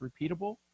repeatable